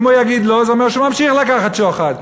אם הוא יגיד לא, זה אומר שהוא ממשיך לקחת שוחד.